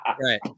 Right